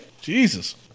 jesus